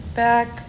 back